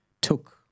took